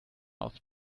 auf